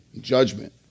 judgment